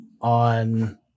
on